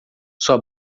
sua